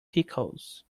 pickles